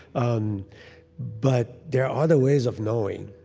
um but there are other ways of knowing.